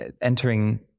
entering